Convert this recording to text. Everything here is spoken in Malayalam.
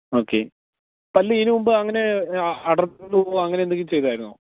ഓക്കെ പല്ല് ഇതിനുമുമ്പ് അങ്ങനെ അടർന്നുപോകുകയോ അങ്ങനെയെന്തെങ്കിലും ചെയ്തായിരുന്നുവോ